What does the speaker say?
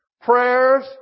prayers